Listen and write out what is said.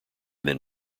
then